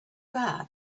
bad